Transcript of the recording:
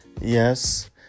Yes